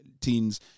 teens